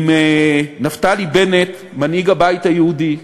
עם נפתלי בנט, מנהיג הבית היהודי,